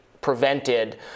prevented